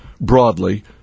broadly –